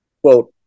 Quote